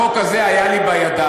החוק הזה היה לי בידיים,